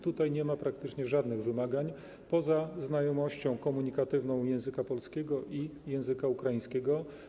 Tutaj nie ma praktycznie żadnych wymagań poza znajomością komunikatywną języka polskiego i języka ukraińskiego.